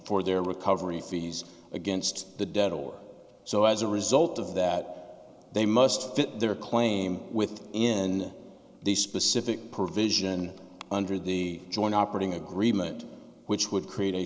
for their recovery fees against the debt or so as a result of that they must fit their claim within the specific provision under the joint operating agreement which would create